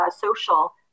social